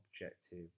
objective